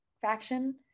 faction